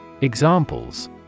Examples